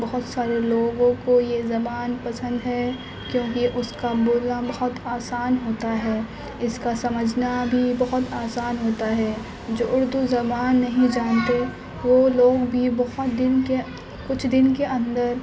بہت سارے لوگوں کو یہ زبان پسند ہے کیوں کہ اس کا بولنا بہت آسان ہوتا ہے اس کا سمجھنا بھی بہت آسان ہوتا ہے جو اردو زبان نہیں جانتے وہ لوگ بھی بہت دن کے کچھ دن کے اندر